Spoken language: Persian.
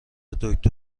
دکتر